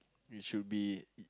you should be